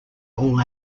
all